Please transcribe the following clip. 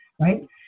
right